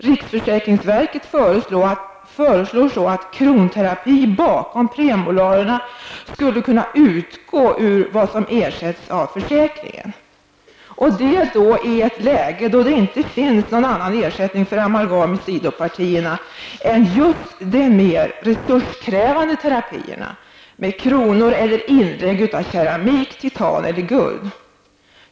Riksförsäkringsverket föreslår att kronterapi bakom premolarerna skulle kunna utgå ur vad som ersätts av försäkringen -- och detta i ett läge där det inte finns någon annan ersättning för amalgam i sidopartierna än just de mer resurskrävande terapierna med kronor eller inlägg av keramik, titan eller guld.